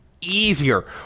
easier